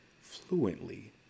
fluently